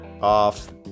off